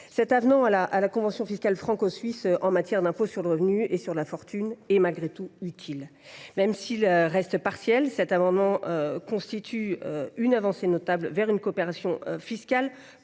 cet avenant à la convention fiscale franco suisse en matière d’impôts sur le revenu et sur la fortune est utile. Même s’il reste partiel, il constitue une avancée notable vers une coopération fiscale